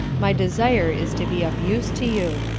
my desire is to be of use to you.